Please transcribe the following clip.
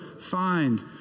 find